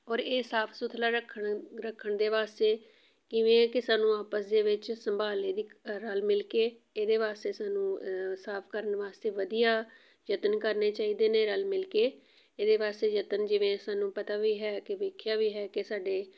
ਔਰ ਇਹ ਸਾਫ ਸੁਥਰਾ ਰੱਖਣ ਰੱਖਣ ਦੇ ਵਾਸਤੇ ਕਿਵੇਂ ਹੈ ਕਿ ਸਾਨੂੰ ਆਪਸ ਦੇ ਵਿੱਚ ਸੰਭਾਲ ਇਹਦੀ ਰਲ ਮਿਲ ਕੇ ਇਹਦੇ ਵਾਸਤੇ ਸਾਨੂੰ ਸਾਫ ਕਰਨ ਵਾਸਤੇ ਵਧੀਆ ਯਤਨ ਕਰਨੇ ਚਾਹੀਦੇ ਨੇ ਰਲ ਮਿਲ ਕੇ ਇਹਦੇ ਵਾਸਤੇ ਯਤਨ ਜਿਵੇਂ ਸਾਨੂੰ ਪਤਾ ਵੀ ਹੈ ਕਿ ਵੇਖਿਆ ਵੀ ਹੈ ਕਿ ਸਾਡੇ